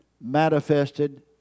manifested